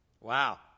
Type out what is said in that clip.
Wow